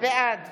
בעד